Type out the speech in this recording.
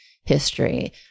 history